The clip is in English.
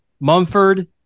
Mumford